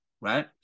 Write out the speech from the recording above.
right